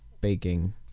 baking